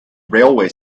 railway